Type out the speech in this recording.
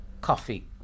coffee